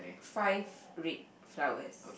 five red flowers